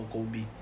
Kobe